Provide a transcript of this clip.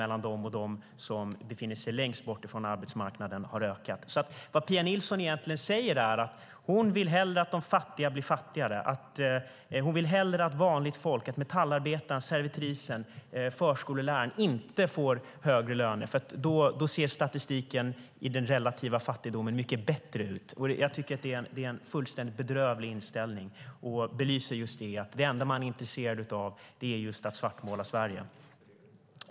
Det är det Pia Nilsson tycker är ett problem. Vad Pia Nilsson egentligen säger är alltså att hon hellre vill att de fattiga blir fattigare och att vanligt folk - metallarbetaren, servitrisen, förskoleläraren - inte får högre löner. Då ser nämligen statistiken för den relativa fattigdomen mycket bättre ut. Jag tycker att det är en fullständigt bedrövlig inställning. Det belyser just att det enda man är intresserad av är att svartmåla Sverige.